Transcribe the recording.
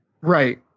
right